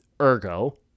ergo